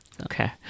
Okay